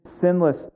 sinless